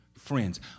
friends